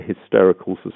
hysterical